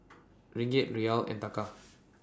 Ringgit Riyal and Taka